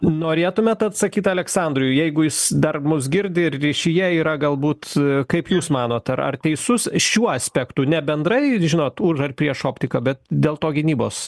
norėtumėt atsakyt aleksandrui jeigu jis dar mus girdi ir ryšyje yra galbūt kaip jūs manot ar ar teisus šiuo aspektu ne bendrai žinot už ar prieš optiką bet dėl to gynybos